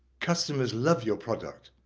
customers love your product,